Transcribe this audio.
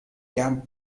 camp